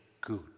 good